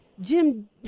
Jim